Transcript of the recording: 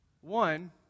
One